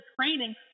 training